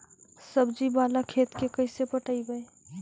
सब्जी बाला खेत के कैसे पटइबै?